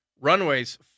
runways